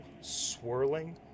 swirling